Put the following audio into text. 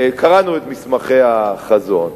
קראנו את מסמכי החזון.